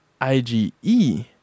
IgE